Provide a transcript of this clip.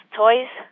toys